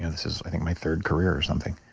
and this is i think my third career or something,